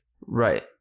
Right